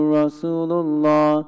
Rasulullah